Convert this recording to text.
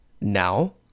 Now